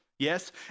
Yes